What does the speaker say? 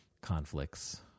conflicts